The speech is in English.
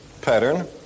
pattern